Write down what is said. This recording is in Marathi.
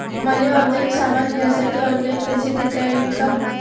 मले ऑनलाईन सामान घ्यासाठी ऑनलाईन पैसे देता येईन का?